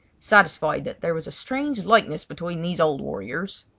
satisfied that there was a strange likeness between these old warriors.